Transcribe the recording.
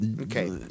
Okay